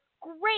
great